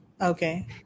Okay